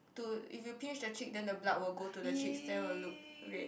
to if you pinch the cheek then blood will go to the cheeks then will look red